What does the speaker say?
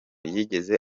yigeze